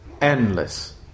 endless